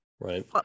Right